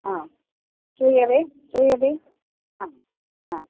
हा श्रूयते श्रूयते हा हा